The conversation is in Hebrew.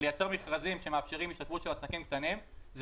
לייצר מכרזים שמאפשרים השתתפות של עסקים קטנים.